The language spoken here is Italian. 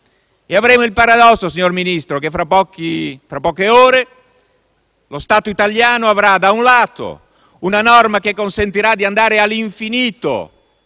Avremo il paradosso, signor Ministro, che tra poche ore lo Stato italiano avrà, da un lato, una norma che consentirà di rimandare all'infinito